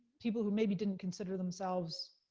people who maybe didn't consider themselves